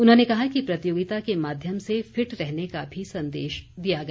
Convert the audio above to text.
उन्होंने कहा कि प्रतियोगिता के माध्यम से फिट रहने का भी संदेश दिया गया